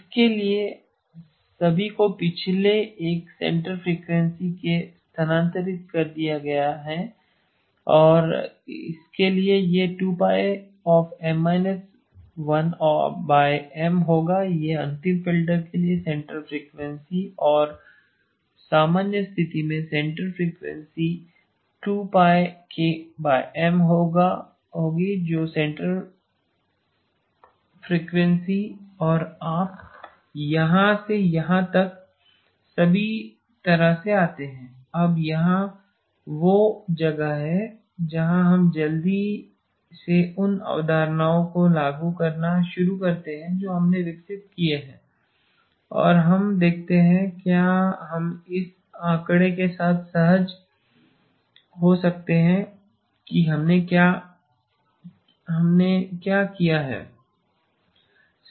इसके लिए सभी को पिछले एक सेंटर फ्रीक्वेंसी में स्थानांतरित कर दिया गया और इसके लिए यह 2πM−1M होगा यह अंतिम फ़िल्टर के लिए सेंटर फ्रीक्वेंसी है और सामान्य स्थिति में सेंटर फ्रीक्वेंसी 2πkM होगी जो सेंटर होगा फ्रीक्वेंसी और आप यहाँ से यहाँ तक सभी तरह से आते हैं अब यहां वह जगह है जहां हम जल्दी से उन अवधारणाओं को लागू करना शुरू करते हैं जो हमने विकसित किए हैं और हमें देखते हैं कि क्या हम इस आंकड़े के साथ सहज हो सकते हैं कि हमने क्या किया है